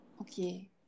Okay